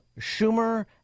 Schumer